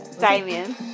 Damien